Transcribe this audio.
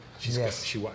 Yes